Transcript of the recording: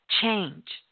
change